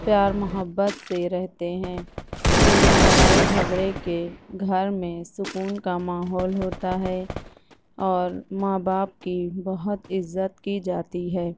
پیار محبت سے رہتے ہیں بنا لڑائی جھگڑے کے گھر میں سکون کا ماحول ہوتا ہے اور ماں باپ کی بہت عزت کی جاتی ہے